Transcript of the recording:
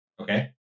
Okay